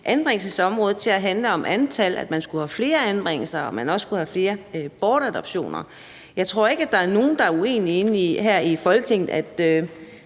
anbringelsesområdet til at handle om antal, altså at man skulle have flere anbringelser, og at man også skulle have flere bortadoptioner. Jeg tror ikke, at der er nogen her i Folketinget,